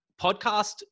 podcast